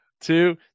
two